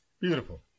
Beautiful